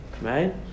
Right